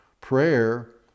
prayer